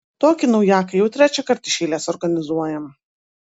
tokį naujaką jau trečiąkart iš eilės organizuojam